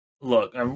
look